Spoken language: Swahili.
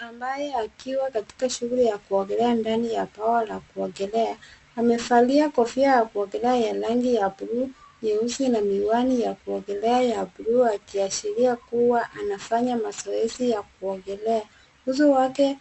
Ambaye akiwa katika shughuli ya kuogelea ndani ya bawa la kuogelea amevalia kofia ya kuogelea ya rangi ya bluu, nyeusi na miwani ya kuogelea ya bluu akiashiria kuwa ana fanya mazoezi ya kuogelea. Uso wake